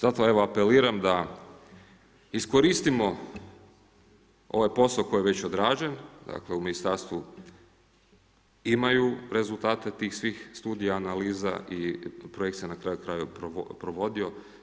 Zato evo apeliram da iskoristimo ovaj posao koji je već odrađen u ministarstvu imaju rezultate tih svih studija i analiza i projekt se na kraju krajeva provodio.